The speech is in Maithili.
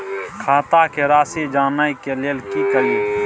खाता के राशि जानय के लेल की करिए?